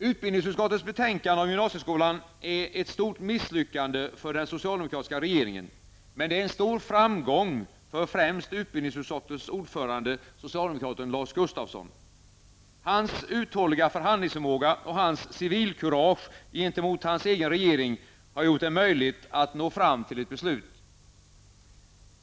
Utbildningsutskottets betänkande om gymnasieskolan är ett stort misslyckande för den socialdemokratiska regeringen, men det är en stor framgång för främst utbildningsutskottets ordförande, socialdemokraten Lars Gustafsson. Hans uthålliga förhandlingsförmåga och hans civilkurage gentemot sin egen regering har gjort det möjligt att nå fram till ett beslut.